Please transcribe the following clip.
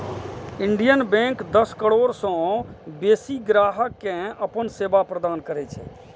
Indian bank दस करोड़ सं बेसी ग्राहक कें अपन सेवा प्रदान करै छै